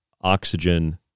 oxygen